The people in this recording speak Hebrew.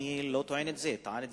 כי באמת יש לו פוטנציאל אדיר.